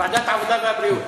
ועדת העבודה והבריאות.